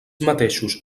mateixos